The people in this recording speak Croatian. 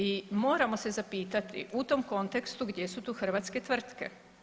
I moramo se zapitati u tom kontekstu, gdje su tu hrvatske tvrtke?